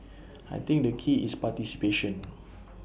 I think the key is participation